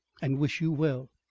and wish you well.